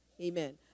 Amen